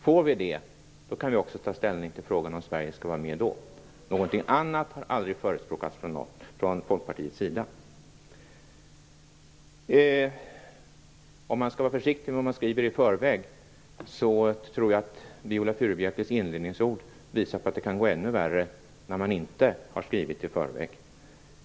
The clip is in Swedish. Får vi det, kan vi också ta ställning till frågan om Sverige skall vara med då. Någonting annat har aldrig förespråkats från Folkpartiets sida. Om man skall vara försiktig med vad man skriver i förväg, tror jag att Viola Furubjelkes inledningsord visar att det kan gå ännu värre när man inte har skrivit i förväg.